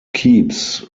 keeps